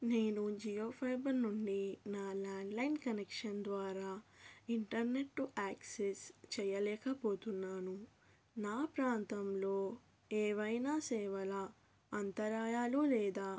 నేను జియో ఫైబర్ నుండి నా ల్యాండ్లైన్ కనెక్షన్ ద్వారా ఇంటర్నెట్ యాక్సెస్ చెయ్యలేకపోతున్నాను నా ప్రాంతంలో ఏవైనా సేవల అంతరాయాలు లేదా